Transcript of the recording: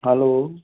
hello